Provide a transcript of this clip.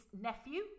nephew